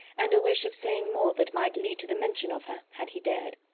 and a wish of saying more that might lead to the mention of her, had he dared.